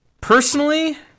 personally